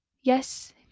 Yes